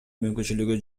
мүмкүнчүлүгү